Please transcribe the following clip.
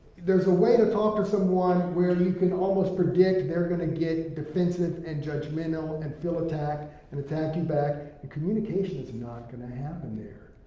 there's a way to talk to someone where you can almost predict they're gonna get defensive and judgmental and feel attacked and attack you back, and communication's not gonna happen there,